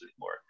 anymore